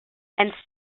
and